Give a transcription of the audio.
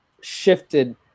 shifted